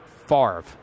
Favre